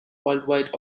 worldwide